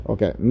Okay